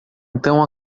então